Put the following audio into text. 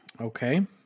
Okay